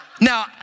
Now